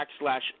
backslash